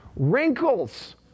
Wrinkles